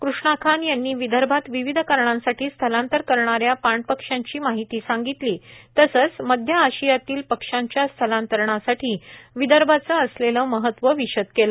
कृष्णा खान यांनी विदर्भात विविध कारणांसाठी स्थलांतर करणाऱ्या पाणपक्ष्यांची माहिती संगीतली तसेच मध्य आशियातील पक्ष्याच्या स्थलांतरणासाठी विदर्भाचे असलेले महत्व विशद केलं